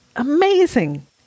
amazing